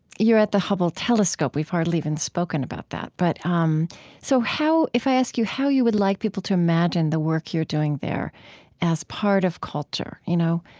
you're at the hubble telescope. we've hardly even spoken about that. but um so if i ask you how you would like people to imagine the work you're doing there as part of culture, you know,